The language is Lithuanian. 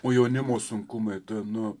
o jaunimo sunkumai nu